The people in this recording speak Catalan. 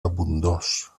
abundós